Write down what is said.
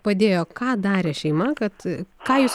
padėjo ką darė šeima kad ką jūs